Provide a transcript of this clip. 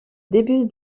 début